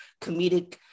comedic